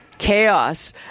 chaos